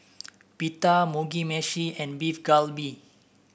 Pita Mugi Meshi and Beef Galbi